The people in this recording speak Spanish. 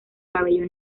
cabello